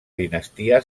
dinastia